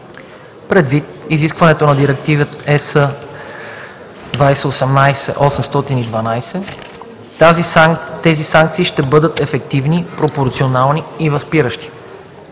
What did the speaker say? предвид изискването на Директива (ЕС) 2018/822 тези санкции да бъдат ефективни, пропорционални и възпиращи.